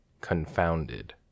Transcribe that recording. Confounded